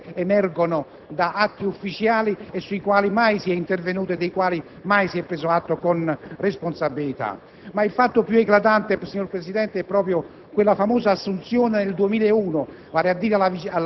di aver fatto in quel frattempo. Sono elementi che emergono da atti ufficiali, sui quali mai si è intervenuto e dei quali mai si è preso atto con responsabilità. Ma il fatto eclatante, signor Presidente, è la